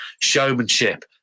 showmanship